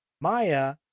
maya